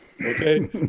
okay